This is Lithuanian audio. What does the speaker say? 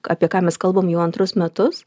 apie ką mes kalbam jau antrus metus